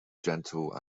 gentle